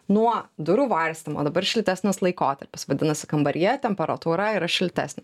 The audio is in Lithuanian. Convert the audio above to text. nuo durų varstymo dabar šiltesnis laikotarpis vadinasi kambaryje temperatūra yra šiltesnė